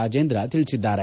ರಾಜೇಂದ್ರ ತಿಳಿಸಿದ್ದಾರೆ